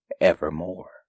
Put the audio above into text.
evermore